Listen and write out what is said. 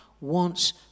wants